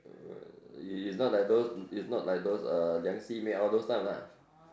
err it's it's not like those it's not like those uh 梁细妹 all those type lah